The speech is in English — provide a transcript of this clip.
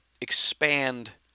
expand